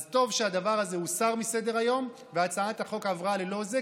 אז טוב שהדבר הזה הוסר מסדר-היום והצעת החוק עברה ללא זה.